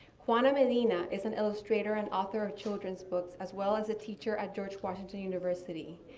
juana medina is an illustrator and author of children's books, as well as a teacher at george washington university.